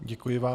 Děkuji vám.